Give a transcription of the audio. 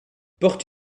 porte